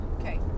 Okay